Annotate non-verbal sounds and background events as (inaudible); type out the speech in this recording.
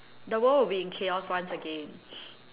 the world will be in chaos once again (laughs)